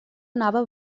anava